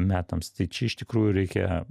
metams tai čia iš tikrųjų reikia